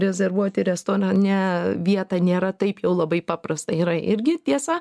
rezervuoti restorane vietą nėra taip jau labai paprasta yra irgi tiesa